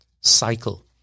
cycle